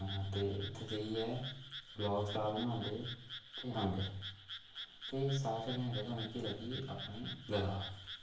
आं ते उत्थें जाइयै ब्लाग श्लाग बनांदे ते औंदे ते सारें कशा कैंठ जगह् मिकी लग्गी अपनी लद्दाख